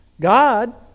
God